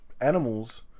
animals